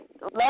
Let